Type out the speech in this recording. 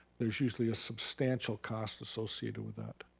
there's usually a substantial cost associated with that.